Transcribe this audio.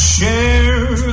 share